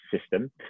system